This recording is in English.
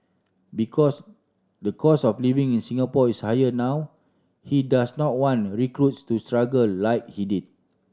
because the cost of living in Singapore is higher now he does not want recruits to struggle like he did